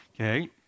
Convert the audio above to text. okay